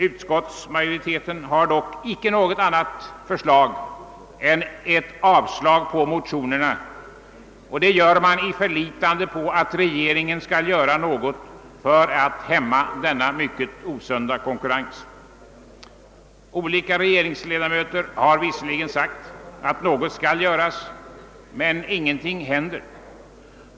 Utskottsmajoriteten har dock inte presterat något annat förslag än avslag på motionerna, i förlitande på att regeringen skall göra något för att hämma denna mycket osunda konkurrens. Flera regeringsledamöter har visserligen uttalat att något måste göras, men ingenting händer.